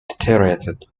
deteriorated